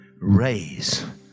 raise